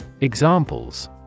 Examples